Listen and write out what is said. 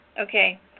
okay